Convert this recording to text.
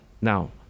Now